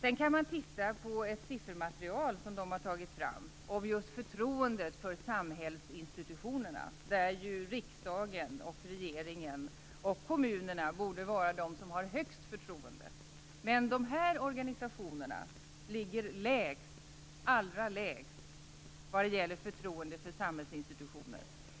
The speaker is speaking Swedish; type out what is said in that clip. Man kan också titta på ett siffermaterial som de har tagit fram just om förtroendet för samhällsinstitutionerna, där ju riksdagen, regeringen och kommunerna borde vara de som har det högsta förtroendet. Men de här organen ligger allra lägst vad gäller förtroende för samhällsinstitutioner.